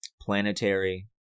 planetary